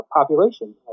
population